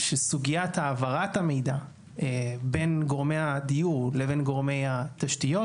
שסוגיית העברת המידע בין גורמי הדיור לבין גורמי התשתיות